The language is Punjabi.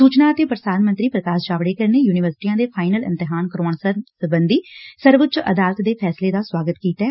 ਸੁਚਨਾ ਅਤੇ ਪ੍ਰਸਾਰਣ ਮੰਤਰੀ ਪ੍ਰਕਾਸ਼ ਜਾਵਡੇਕਰ ਨੇ ਯੁਨੀਵਰਸਿਟੀਆਂ ਦੇ ਫਾਇਨਲ ਇਮਤਿਹਾਨ ਕਰਵਾਉਣ ਸਬੰਧੀ ਸਰਵ ਉੱਚ ਅਦਾਲਤ ਦੇ ਫੈਸਲੇ ਦਾ ਸਵਾਗਤ ਕੀਤੈ